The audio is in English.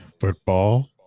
football